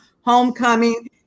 homecoming